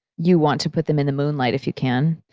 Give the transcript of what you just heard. you want to put them in the moonlight if you can,